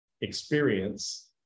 experience